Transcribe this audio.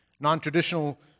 non-traditional